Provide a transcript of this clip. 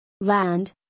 Land